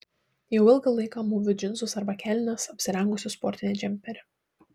jau ilgą laiką mūviu džinsus arba kelnes apsirengusi sportinį džemperį